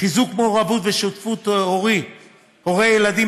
חיזוק מעורבות ושותפות הורי ילדים